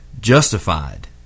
justified